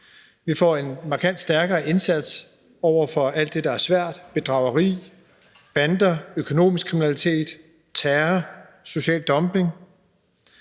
Vi får en markant stærkere indsats over for alt det, der er svært: bedrageri, bander, økonomisk kriminalitet, terror, social dumping.